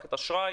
מערכת האשראי,